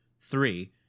three